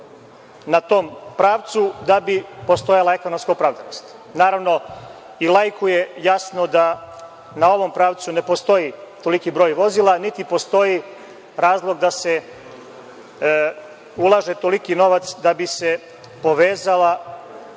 na tom pravcu da bi postojala ekonomska opravdanost. Naravno, i laiku je jasno da na ovom pravcu ne postoji toliki broj vozila, niti postoji razlog da se ulaže toliki novac da bi se povezala